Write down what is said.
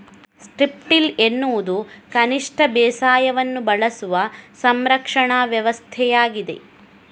strip till ಎನ್ನುವುದು ಕನಿಷ್ಟ ಬೇಸಾಯವನ್ನು ಬಳಸುವ ಸಂರಕ್ಷಣಾ ವ್ಯವಸ್ಥೆಯಾಗಿದೆ